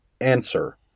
Answer